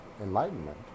enlightenment